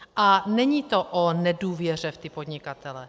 A není to o nedůvěře v ty podnikatele.